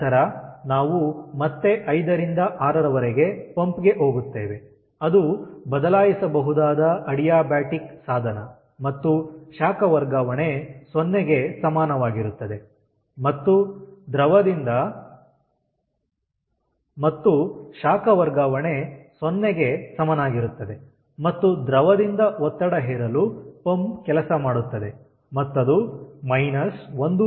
ನಂತರ ನಾವು ಮತ್ತೆ 5ರಿಂದ 6ರವರೆಗೆ ಪಂಪ್ ಗೆ ಹೋಗುತ್ತೇವೆ ಅದು ಬದಲಾಯಿಸಬಹುದಾದ ಅಡಿಯಾಬಾಟಿಕ್ ಸಾಧನ ಮತ್ತು ಶಾಖ ವರ್ಗಾವಣೆ ಸೊನ್ನೆಗೆ ಸಮನಾಗಿರುತ್ತದೆ ಮತ್ತು ದ್ರವದಿಂದ ಒತ್ತಡ ಹೇರಲು ಪಂಪ್ ಕೆಲಸ ಮಾಡುತ್ತದೆ ಮತ್ತದು 1